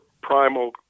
primal